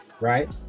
right